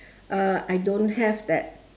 uh I don't have that